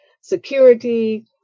security